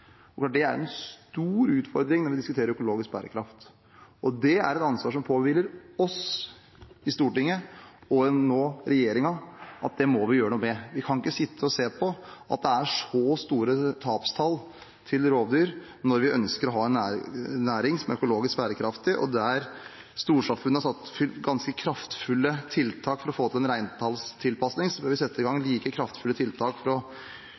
Det er en stor utfordring når man diskuterer økologisk bærekraft, og det er et ansvar som påhviler oss i Stortinget – og nå regjeringen – at det må vi gjøre noe med. Vi kan ikke sitte og se på at det er så store tapstall til rovdyr, når vi ønsker å ha en næring som er økologisk bærekraftig. Der storsamfunnet har satt inn ganske kraftfulle tiltak for å få til en reintallstilpasning, bør vi sette i gang like kraftfulle tiltak for å